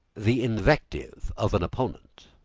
the invective of an opponent.